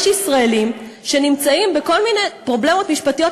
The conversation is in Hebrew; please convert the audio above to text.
יש ישראלים שנמצאים בכל מיני פרובלמות משפטיות,